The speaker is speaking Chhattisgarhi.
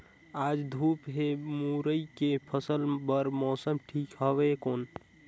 आज धूप हे मुरई के फसल बार मौसम ठीक हवय कौन?